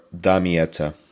Damietta